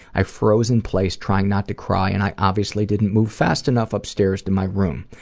i froze in place trying not to cry, and i obviously didn't move fast enough upstairs to my room.